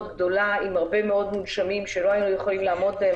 גדולה עם הרבה מאוד מונשמים שלא היינו יכולים לעמוד בה,